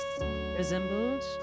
resembled